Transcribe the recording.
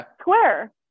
Square